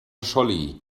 scholli